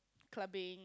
clubbing